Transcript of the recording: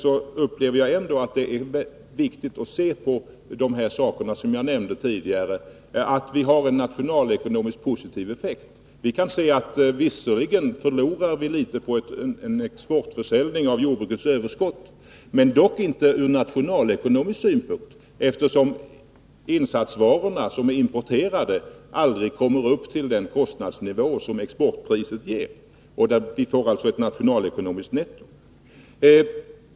Totalt sett anser jag ändå att det är angeläget att vi studerar de saker som jag tidigare nämnde, bl.a. betydelsen av att vi får en positiv Om alternativ nationalekonomisk effekt. Visserligen förlorar vi litet på exporten av sysselsättning för jordbrukets överskott, men inte ur nationalekonomisk synpunkt, eftersom ägare till olönsamkostnaderna för insatsvarorna, som är importerade, aldrig kommer upp till ma jordbruk exportprisets nivå. Vi får alltså ett nationalekonomiskt netto.